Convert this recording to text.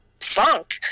funk